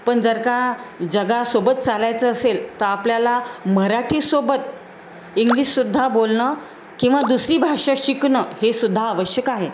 पण जर का जगाासोबत चालायचं असेल तर आपल्याला मराठीसोबत इंग्लिशसुद्धा बोलणं किंवा दुसरी भाषा शिकणं हे सुुद्धा आवश्यक आहे